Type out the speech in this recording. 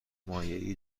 مایعی